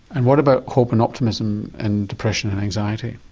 and what about hope and optimism and depression and anxiety?